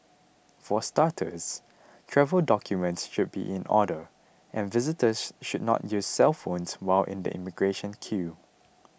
for starters travel documents should be in order and visitors should not use cellphones while in the immigration queue